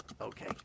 Okay